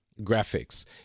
graphics